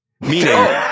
meaning